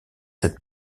cette